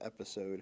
episode